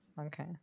okay